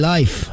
Life